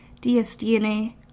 DSDNA